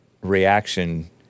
reaction